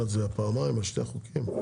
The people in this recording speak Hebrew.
שני החוקים?